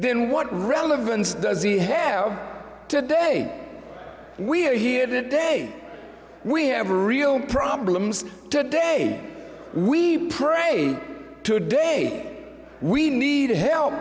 then what relevance does he have today we are here today we have real problems today we pray today we need help